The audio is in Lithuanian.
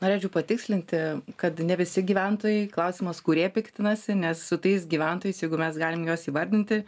norėčiau patikslinti kad ne visi gyventojai klausimas kurie piktinasi nes su tais gyventojais jeigu mes galim juos įvardinti